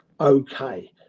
okay